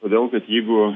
todėl kad jeigu